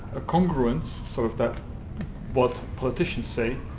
a congruence sort of that what politicians say,